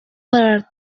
perth